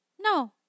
no